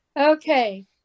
Okay